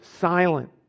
silent